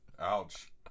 Ouch